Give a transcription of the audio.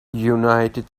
united